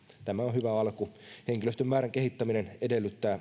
tämä on hyvä alku materiaalihankkeiden ohella myös henkilöstön määrän kehittäminen edellyttää